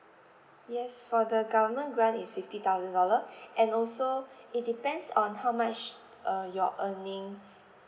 yes for the government grant is fifty thousand dollar and also it depends on how much uh your earning